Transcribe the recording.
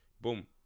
boom